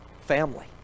family